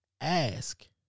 ask